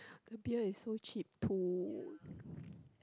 the beer is so cheap too